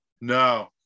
no